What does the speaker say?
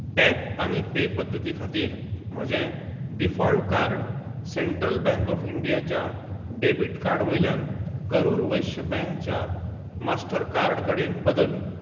tap आनी pay पद्दती खातीर म्हजें default card central bank of इंडियाच्या डॅबिट कार्ड वयल्यान करुर वैश्य बँकच्या मास्टर कार्ड कडेन बदल